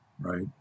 right